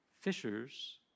Fishers